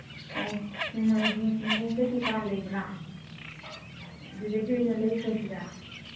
ꯍꯣꯏ ꯅꯣꯡꯃꯥꯏꯖꯤꯡ ꯆꯤꯡꯈꯣꯡꯗ ꯗꯨꯀꯥꯟ ꯂꯩꯕ꯭ꯔ ꯑꯗꯨꯗꯒꯤ ꯑꯣꯏꯅ ꯂꯩꯈ꯭ꯔꯁꯤꯔ